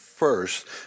first